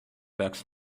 peaks